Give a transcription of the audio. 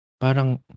Parang